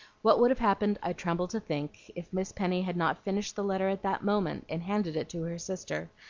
what would have happened i tremble to think, if miss penny had not finished the letter at that moment and handed it to her sister,